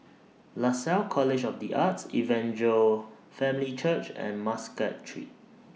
Lasalle College of The Arts Evangel Family Church and Muscat Street